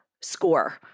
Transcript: score